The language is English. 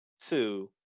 two